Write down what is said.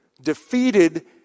defeated